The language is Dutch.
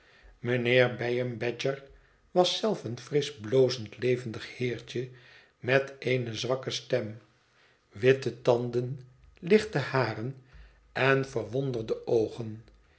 mijnheer bayham badger zelf was een frisch blozend levendig heertje met eene zwakke stem witte tanden lichte haren en verwonderde oogen